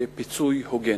הם מבקשים פיצוי הוגן,